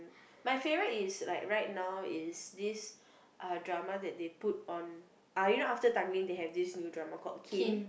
my favourite is like right now is this uh drama that they put on ah you know after Tanglin they have this new drama called Kin